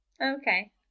okay